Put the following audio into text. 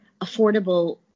affordable